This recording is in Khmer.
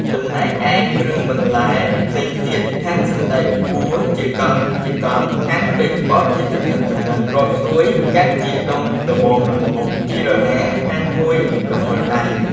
ចំណែកឯគ្រឿងបន្លែផ្សេងទៀត ហាន់សណ្ដែកកួរជាកង់ៗ ហាន់ប៉េងប៉ោះជាចំណិតៗ ត្រប់ស្រួយកាត់ជាដុំល្មមៗ ជីរណាហាន់មួយចង្អុលដៃ ។